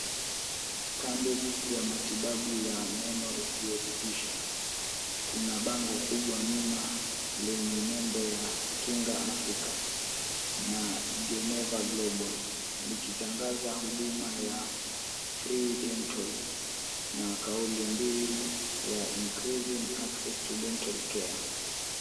Kambi ya matibabu ya meno isiyolipisha. Kuna bango kubwa nyuma lenye nembo ya Kinga Afrika na Geneva Global. Likitangaza huduma ya Free Dental , na kauli mbiu ya Increasing Access To Dental Care .